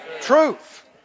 Truth